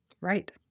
right